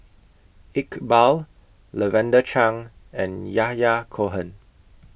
Iqbal Lavender Chang and Yahya Cohen